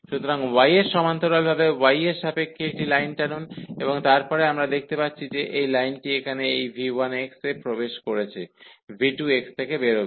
সুতরাং y এর সমান্তরালভাবে y এর সাপেক্ষে একটি লাইন টানুন এবং তারপরে আমরা দেখতে পাচ্ছি যে এই লাইনটি এখানে এই v1x এ প্রবেশ করে v2x থেকে বেরোবে